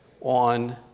on